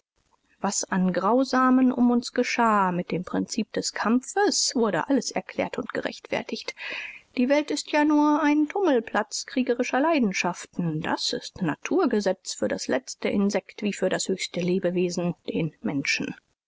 was an grausigem um uns geschah mit dem prinzip des kampfes wurde alles erklärt u gerechtfertigt die welt ist ja nur ein tummelplatz kriegerischer leidenschaften das ist naturgesetz für das letzte insekt wie für das höchste lebewesen den menschen